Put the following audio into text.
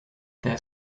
their